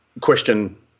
question